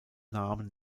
namen